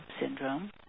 syndrome